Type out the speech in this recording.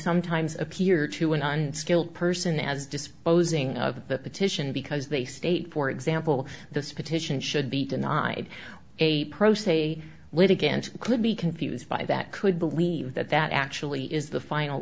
sometimes appear to an unskilled person as disposing of the petition because they state for example this petition should be denied a pro se litigant could be confused by that could believe that that actually is the final